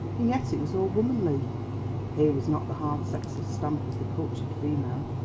and yet it was all womanly here was not the hard sexless stamp of the cultured female.